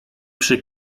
przy